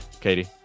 Katie